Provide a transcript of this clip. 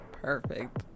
Perfect